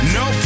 no